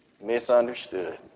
misunderstood